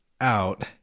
out